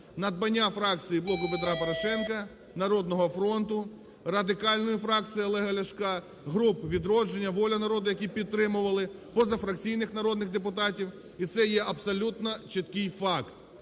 надбання фракції "Блоку Петра Порошенка", "Народного фронту", Радикальної фракції Олега Ляшка, групи "Відродження", Воля народу", які підтримували, позафракційних народних депутатів, і це є абсолютно чіткий факт.